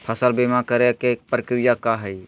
फसल बीमा करे के प्रक्रिया का हई?